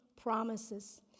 promises